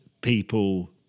people